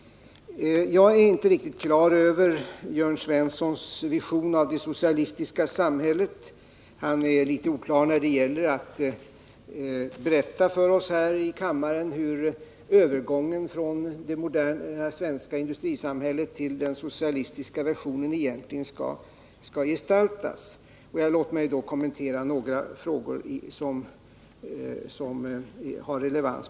Jag är inte riktigt klar över Jörn Svenssons vision av det socialistiska samhället. Han är litet oklar när han talar om för oss här i kammaren hur övergången från det moderna svenska industrisamhället till den socialistiska versionen egentligen skall gestaltas. Låt mig i detta sammanhang kommentera några frågor som har relevans.